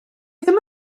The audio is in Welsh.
ddim